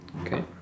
Okay